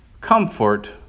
comfort